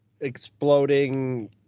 exploding